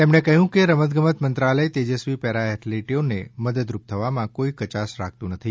તેમણે કહ્યું કે રમતગમત મંત્રાલય તેજસ્વી પેરાએથ્લેટોને મદદરૂપ થવામાં કોઈ કચાશ રાખતું નથી